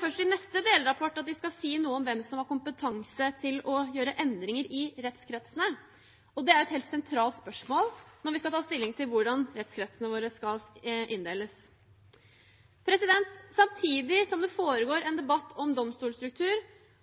først er i neste delrapport de skal si noe om hvem som har kompetanse til å gjøre endringer i rettskretsene. Dette er jo et helt sentralt spørsmål når vi skal ta stilling til hvordan rettskretsene våre skal inndeles. Samtidig som det foregår en debatt om domstolstruktur,